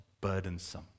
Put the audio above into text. burdensome